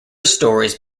stories